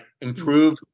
improve